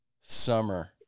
summer